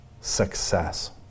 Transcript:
success